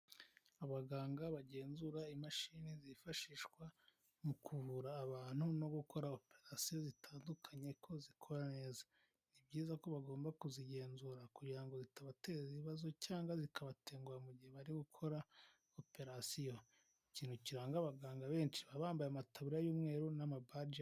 Abaganga bagenzura imashini zifashishwa mu kuvura abantu no gukora operasiyo zitandukanye ko zikora neza. Ni byiza ko bagomba kuzigenzura kugira ngo zitabateza ibibazo cyangwa zikabatenguha mu gihe bari gukora operasiyo. Ikintu kiranga abaganga benshi, baba bambaye amataburiya y'umweru n'amabaje.